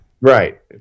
Right